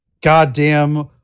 Goddamn